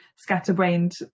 scatterbrained